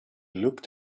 looked